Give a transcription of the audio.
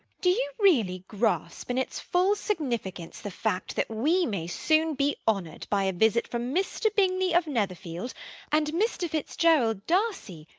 do you really grasp in its full significance the fact that we may soon be honoured by a visit from mr. bingley of netherfield and mr. fitzgerald darcy,